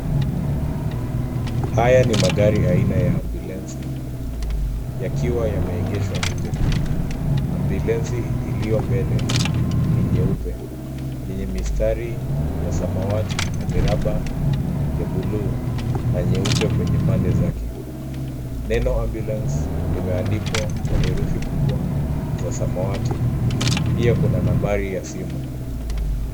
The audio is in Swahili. Haya ni magari ya aina ya ambulensi yakiwa yameegeshwa nje. Ambulensi iliyo mbele ni nyeupe yenye mistari ya samawati na miraba ya blue na nyeupe kwenye pande zake. Neno ambulance limeandikwa kwa herufi kubwa za samawati. Pia kuna nambari ya simu.